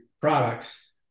products